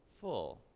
full